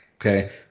okay